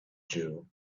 jew